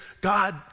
God